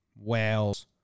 Wales